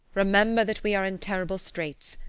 remember that we are in terrible straits.